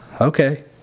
okay